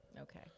Okay